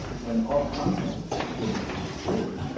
when all content will become free,